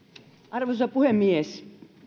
arvoisa puhemies